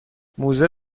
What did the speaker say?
موزه